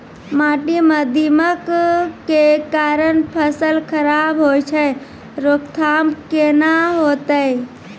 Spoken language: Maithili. माटी म दीमक के कारण फसल खराब होय छै, रोकथाम केना होतै?